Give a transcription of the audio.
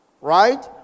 Right